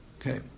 Okay